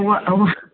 ഉവ്വ് ഓ